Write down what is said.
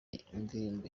indirimbo